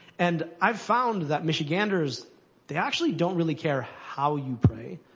and i've found that michiganders they actually don't really care how you pray.